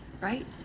right